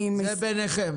זה ביניכם.